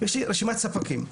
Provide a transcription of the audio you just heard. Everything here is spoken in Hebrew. יש לי רשימת ספקים.